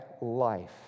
life